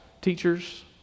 teachers